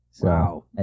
wow